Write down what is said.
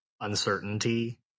uncertainty